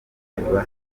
bahindura